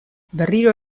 berriro